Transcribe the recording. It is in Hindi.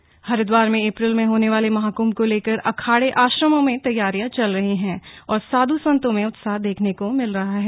महाकंभ हरिदवार में अप्रैल में होने वाले महाकृभ को लेकर अखाड़े आश्रमों में तैयारियां चल रही हैं और साध् संतों में उत्साह देखने को मिल रहा है